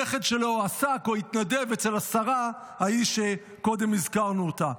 הנכד שלו עסק או התנדב אצל השרה ההיא שקודם הזכרנו אותה.